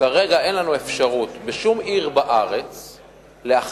כרגע אין לנו אפשרות בשום עיר בארץ להחליט,